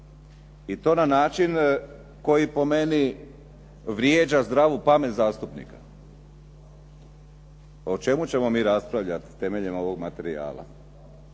I to na način koji po meni vrijeđa zdravu pamet zastupnika. Pa o čemu ćemo mi raspravljati temeljem ovog materijala.